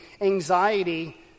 anxiety